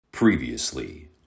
previously